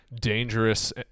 dangerous